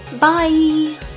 bye